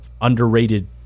underrated